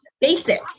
basic